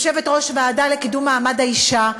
יושבת-ראש הוועדה לקידום מעמד האישה,